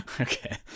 okay